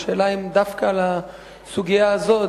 השאלה אם דווקא על הסוגיה הזו,